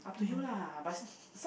mm